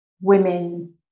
women